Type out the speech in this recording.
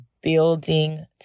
building